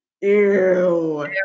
ew